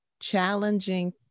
challenging